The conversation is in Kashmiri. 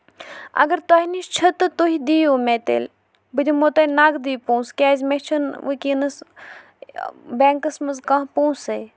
اَگر تۄہہِ نِش چھ تہٕ تُہۍ دِیو مےٚ تیلہِ بہٕ دِمو تۄہہِ نَقدٕے پوٛنسہٕ کیازِ مےٚ چھُ نہٕ وٕنکینس بینکس منٛز کانہہ پونسے